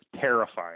terrifying